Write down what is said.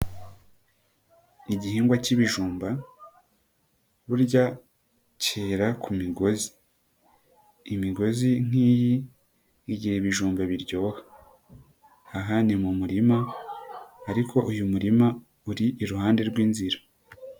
Igihingwa cy'ibijumba burya cyera ku migozi, imigozi nkiyi igira ibijumba biryoha, aha ni mu murima ariko uyu muririma uri iruhande rw'inzira.